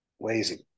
lazy